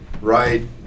right